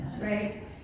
Right